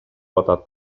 атат